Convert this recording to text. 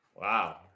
wow